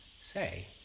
say